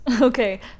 Okay